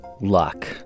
luck